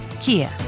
Kia